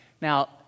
Now